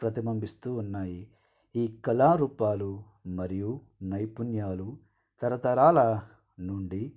ప్రతిబంబిస్తూ ఉన్నాయి ఈ కళారూపాలు మరియు నైపుణ్యాలు తరతరాల నుండి